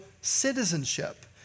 citizenship